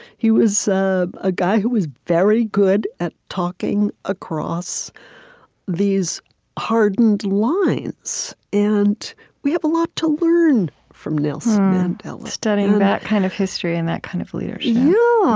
he was ah a guy who was very good at talking across these hardened lines. and we have a lot to learn from nelson mandela studying that kind of history and that kind of leadership yeah